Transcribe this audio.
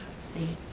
see.